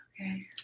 Okay